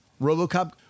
RoboCop